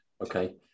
Okay